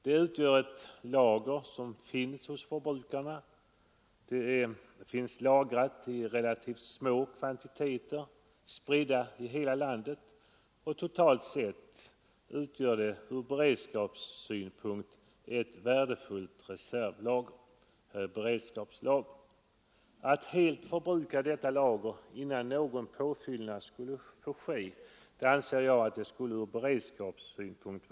Det utgör ett lager som finns hos förbrukarna, där det finns lagrat i relativt små kvantiteter, spridda i hela landet, och totalt sett utgör de ett värdefullt reservlager för beredskapsändamål. Att helt förbruka detta lager innan någon påfyllnad skulle få ske anser jag vara oförsvarligt ur beredskapssynpunkt.